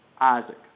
Isaac